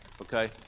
okay